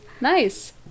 nice